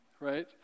right